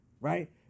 right